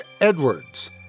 edwards